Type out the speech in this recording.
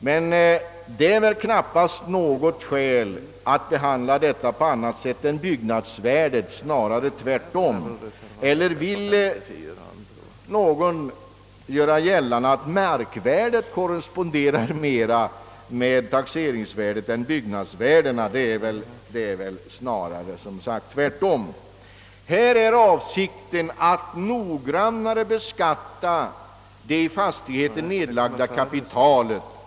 Men detta är väl knappast något skäl att tilllämpa andra principer när det gäller markvärdet än när det gäller byggnadsvärdet — snarare tvärtom. Eller vill någon göra gällande att markvärdet bättre korresponderar med taxeringsvärdet än byggnadsvärdet? Nej, det är som sagt snarare tvärtom. Avsikten är nu att noggrannare beskatta det i fastigheten nedlagda kapitalet.